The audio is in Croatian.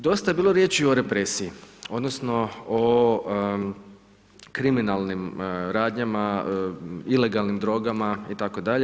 Dosta je bilo riječi o represiji, odnosno, o kriminalnim radnjama, ilegalnim drogama itd.